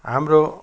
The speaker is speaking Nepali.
हाम्रो